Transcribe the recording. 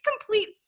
complete